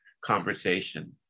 conversation